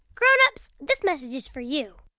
grown-ups, this message is for you